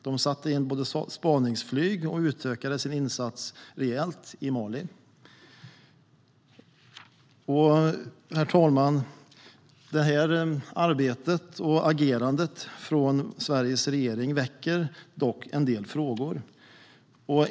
De satte in spaningsflyg och utökade sin insats i Mali rejält. Herr talman! Detta agerande från Sveriges regering väcker en del frågor.